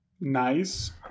Nice